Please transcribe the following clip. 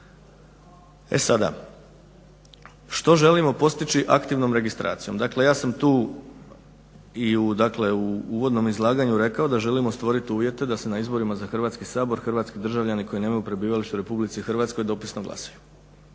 E sada, što želimo postići aktivnom registracijom? Dakle, ja sam tu i u, dakle i u uvodnom izlaganju rekao da želimo stvoriti uvjete da se na izborima za Hrvatski sabor hrvatski državljani koji nemaju prebivalište u RH dopisno glasaju.